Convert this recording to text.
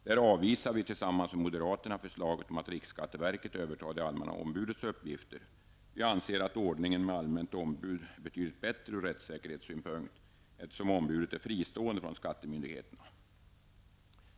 Där avvisar vi tillsammans med moderaterna förslaget om att riksskatteverket övertar det allmänna ombudets uppgifter. Vi anser att ordningen med allmänt ombud är betydligt bättre ur rättssäkerhetssynpunkt eftersom ombudet är fristående från skattemyndigheterna.